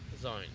zone